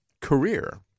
career